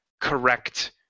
correct